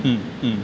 mm mm